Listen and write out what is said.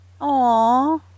Aw